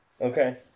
Okay